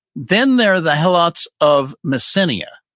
then there are the helots of messina. yeah